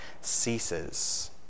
ceases